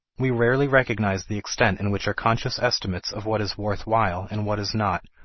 we rarely recognize the extent in which our conscious estimates of what is worth while and what is not,